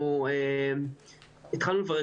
התחלנו לברר.